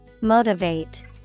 Motivate